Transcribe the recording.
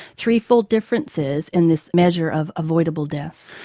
three-fold differences in this measure of avoidable deaths.